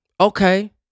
Okay